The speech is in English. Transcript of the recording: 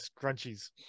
scrunchies